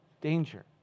danger